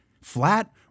flat